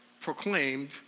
proclaimed